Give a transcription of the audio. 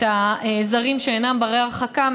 את הזרים שאינם בני-הרחקה,